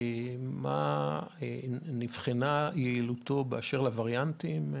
נבחנה יעילותו באשר לווריאנטים?